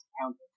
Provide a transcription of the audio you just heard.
counting